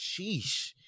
Sheesh